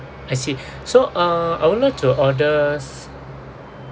I see so uh I would like to orders